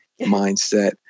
mindset